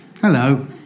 Hello